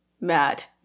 Matt